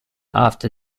after